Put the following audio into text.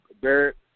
Barrett